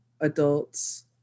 adults